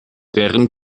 deren